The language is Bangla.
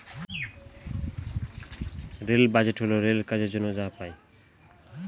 রেল বাজেট হল রেলের কাজের জন্য যা পাই